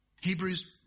Hebrews